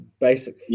basic